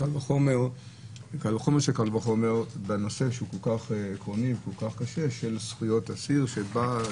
קל וחומר בנושא שהוא כל כך עקרוני וכל כך קשה של זכויות עציר או אסיר,